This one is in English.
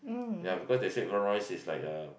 ya because they said brown rice is like uh